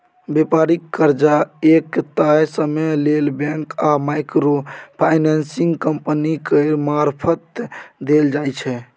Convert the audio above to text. बेपारिक कर्जा एक तय समय लेल बैंक आ माइक्रो फाइनेंसिंग कंपनी केर मारफत देल जाइ छै